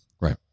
right